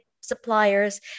suppliers